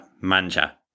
manja